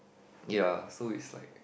ya so it's like